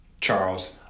Charles